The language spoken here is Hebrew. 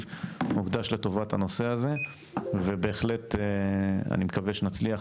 מוקדש לטובת הנושא הזה ובהחלט אני מקווה שנצליח,